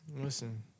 Listen